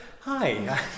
Hi